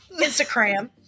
Instagram